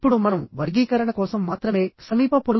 ఇప్పుడు tension members ని చూద్దాము